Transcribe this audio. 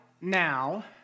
now